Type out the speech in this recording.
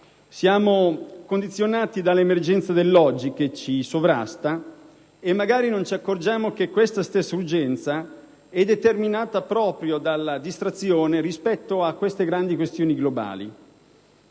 siamo condizionati dall'emergenza dell'oggi che ci sovrasta e magari non ci si accorge che questa stessa urgenza è determinata proprio dalla distrazione rispetto alle suddette grandi questioni globali,